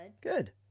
Good